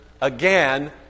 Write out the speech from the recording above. Again